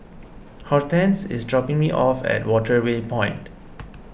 Hortense is dropping me off at Waterway Point